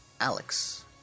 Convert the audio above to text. Alex